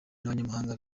n’abanyamahanga